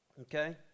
okay